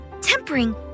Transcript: Tempering